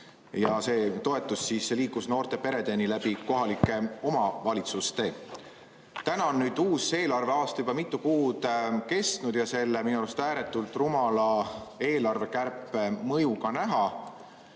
See toetus liikus noorte peredeni kohalike omavalitsuste kaudu. Nüüd on uus eelarveaasta juba mitu kuud kestnud ja selle minu arust ääretult rumala eelarvekärpe mõju ka näha.